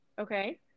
Okay